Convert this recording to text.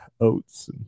oats